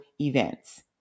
events